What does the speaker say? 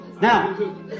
Now